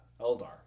Eldar